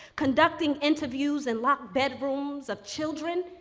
conducting interviews in locked bedrooms of children,